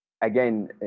again